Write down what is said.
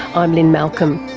i'm lynne malcolm,